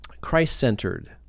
Christ-centered